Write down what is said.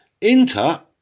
Inter